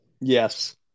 Yes